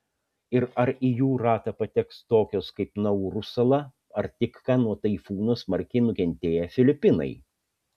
ir ar į jų ratą pateks tokios kaip nauru sala ar tik ką nuo taifūno smarkiai nukentėję filipinai